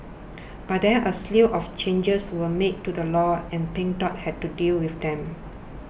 but there a slew of changes were made to the law and Pink Dot had to deal with them